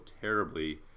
terribly